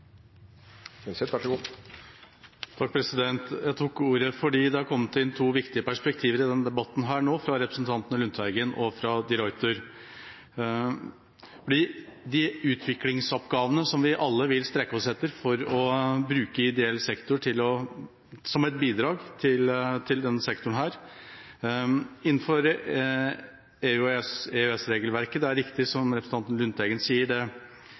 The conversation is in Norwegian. kommet to viktige perspektiver inn i denne debatten, fra representanten Lundteigen og fra representanten de Ruiter. De utviklingsoppgavene som vi alle vil strekke oss etter å bruke ideell sektor til, som et bidrag til denne sektoren, gjelder det nå andre betingelser for, innenfor EØS-regelverket – det er riktig som representanten Lundteigen sier – men det